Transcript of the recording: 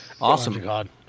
Awesome